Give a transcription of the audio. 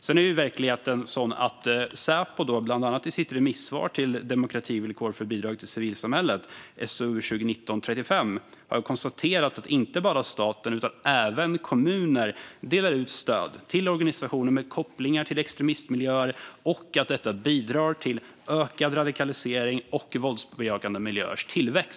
Sedan är verkligheten den att Säpo, bland annat i sitt remissvar på Demokrativillkor för bidrag till civilsamhället , SOU 2019:35, har konstaterat att inte bara staten utan även kommuner delar ut stöd till organisationer med kopplingar till extremistmiljöer och att detta bidrar till ökad radikalisering och våldsbejakande miljöers tillväxt.